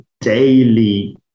daily